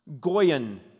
Goyen